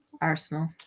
Arsenal